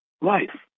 life